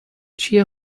چیه